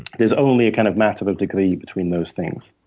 there's only a kind of matter of degree between those things.